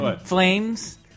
Flames